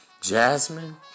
Jasmine